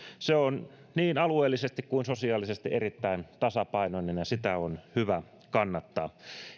se on niin alueellisesti kuin sosiaalisesti erittäin tasapainoinen ja sitä on hyvä kannattaa